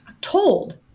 told